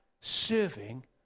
serving